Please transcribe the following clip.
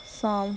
song